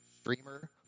streamer